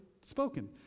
spoken